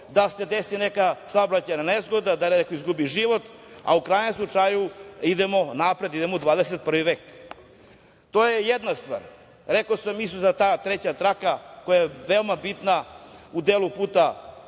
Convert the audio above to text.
da se desi neka saobraćajna nezgoda, da neko izgubi život, a u krajnjem slučaju, idemo napred, idemo u 21. vek. To je jedna stvar. Rekao sam isto za tu treću traku, koja je veoma bitna u delu puta